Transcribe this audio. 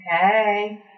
Hey